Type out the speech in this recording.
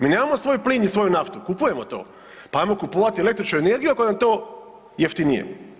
Mi nemamo svoj plin i svoju naftu, kupujemo to, pa ajmo kupovati električnu energiju ako nam je to jeftinije.